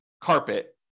carpet